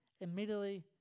immediately